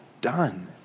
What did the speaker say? done